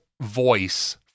voice